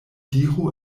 diru